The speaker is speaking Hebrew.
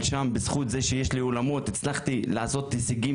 אבל שם בזכות זה שיש לי אולמות הצלחתי להגיע להישגים